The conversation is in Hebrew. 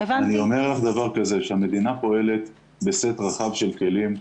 אני אומר לך דבר כזה: המדינה פועלת בסט רחב של כלים,